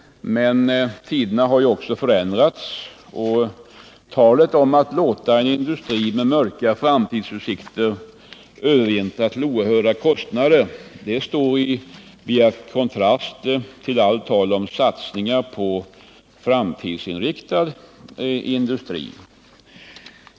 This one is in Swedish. Men tiderna har förändrats. Talet om att låta en industri med mörka framtidsutsikter övervintra till oerhörda kostnader står i bjärt kontrast till allt tal om satsningar på framtidsinriktad industri.